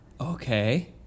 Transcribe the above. Okay